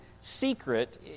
secret